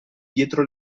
dietro